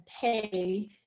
pay